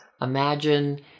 Imagine